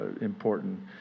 important